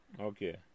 Okay